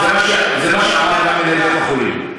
כן, זה מה שאמר מנהל בית-החולים.